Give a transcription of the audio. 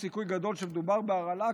יש סיכוי גדול שמדובר בהרעלה,